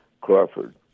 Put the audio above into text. Crawford